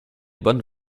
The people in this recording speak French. bonnes